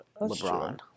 LeBron